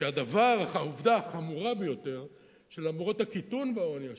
כי העובדה החמורה ביותר היא שלמרות הקיטון בעוני השנה,